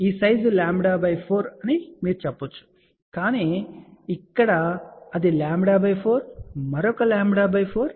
ఈ సైజ్ λ4 అని మీరు చెప్పవచ్చు కానీ ఇక్కడ అది λ4 మరొక λ4 మరొక λ4